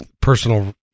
personal